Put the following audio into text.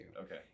Okay